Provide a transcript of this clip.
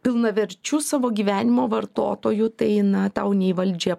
pilnaverčiu savo gyvenimo vartotoju tai na tau nei valdžia